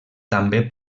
també